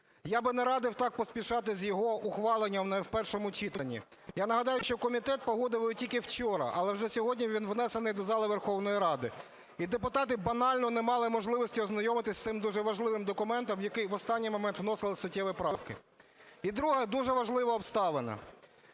я би не радив так поспішати з його ухваленням в першому читанні. Я нагадаю, що комітет погодив його тільки вчора, а вже сьогодні він внесений до зали Верховної Ради. І депутати банально не мали можливості ознайомитись з цим дуже важливим документом, в який в останній момент вносили суттєві поправки. І друга, дуже важлива обставина.